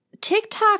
tiktok